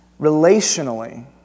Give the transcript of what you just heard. Relationally